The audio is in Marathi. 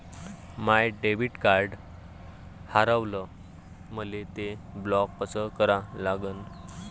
माय डेबिट कार्ड हारवलं, मले ते ब्लॉक कस करा लागन?